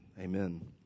Amen